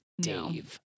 Dave